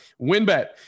WinBet